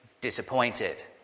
disappointed